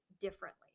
differently